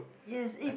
is it